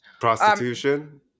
Prostitution